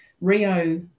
Rio